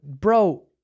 bro